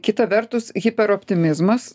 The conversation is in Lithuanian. kita vertus hiperoptimizmas